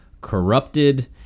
corrupted—